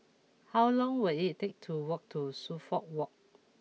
how long will it take to walk to Suffolk Walk